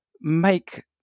make